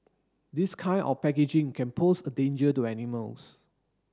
this kind of packaging can pose a danger to animals